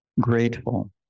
grateful